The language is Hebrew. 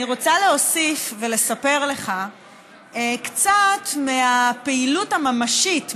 אני רוצה להוסיף ולספר לך קצת מהפעילות הממשית,